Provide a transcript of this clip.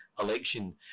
election